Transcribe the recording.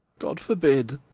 god forbid!